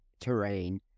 terrain